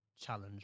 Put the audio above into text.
challenge